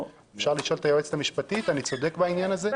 אפשר לשאול את היועצת המשפטית אם אני צודק בעניין הזה?